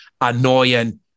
annoying